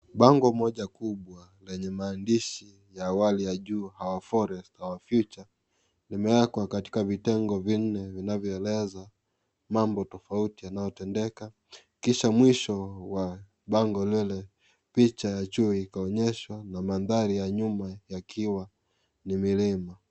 Bango Moja kubwa lenye maandishi ya awali ya juu our forest, our future limewekwa katika vitengo vinne vinavyoeleza mambo tofauti vinayotendeka kisha mwisho wa bango lile, picha ya chui ikaonyeshwa na mandhari ya nyuma yakiwa ni milima.